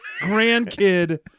grandkid